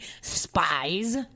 spies